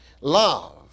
love